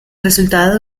resultado